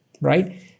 right